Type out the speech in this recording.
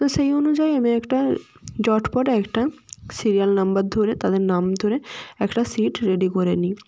তো সেই অনুযায়ী আমি একটা ঝটপট একটা সিরিয়াল নাম্বার ধরে তাদের নাম ধরে একটা শিট রেডি করে নিই